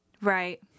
Right